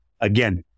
Again